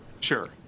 sure